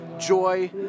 joy